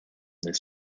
this